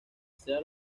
sea